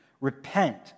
Repent